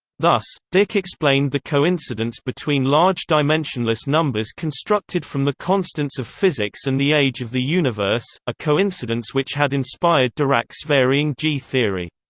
thus, dicke explained the coincidence between large dimensionless numbers constructed from the constants of physics and the age of the universe, a coincidence which had inspired dirac's varying-g theory.